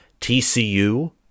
TCU